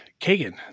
Kagan